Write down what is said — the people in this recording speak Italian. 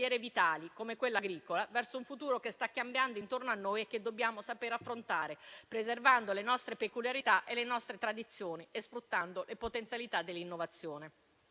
vitali, come quella agricola, verso un futuro che sta cambiando intorno a noi e che dobbiamo saper affrontare, preservando le nostre peculiarità e le nostre tradizioni e sfruttando le potenzialità dell'innovazione.